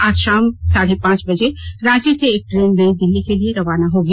आज शाम साढ़े पांच बजे रांची से एक ट्रेन नई दिल्ली के लिए रवाना होगी